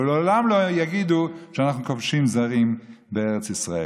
והם לעולם לא יגידו שאנחנו כובשים זרים בארץ ישראל.